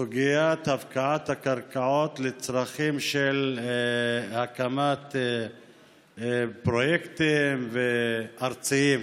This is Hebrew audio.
בסוגיית הפקעת הקרקעות לצרכים של הקמת פרויקטים ארציים,